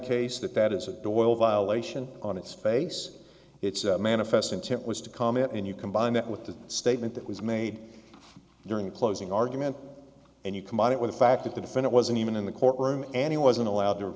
case that that is it boiled violation on its face it's a manifest intent was to comment and you combine that with the statement that was made during closing argument and you combine it with the fact that the definit wasn't even in the courtroom and he wasn't allowed to